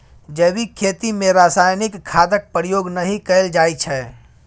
जैबिक खेती मे रासायनिक खादक प्रयोग नहि कएल जाइ छै